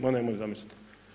Ma nemoj, zamislite.